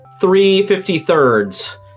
three-fifty-thirds